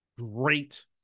great